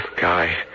Guy